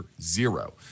zero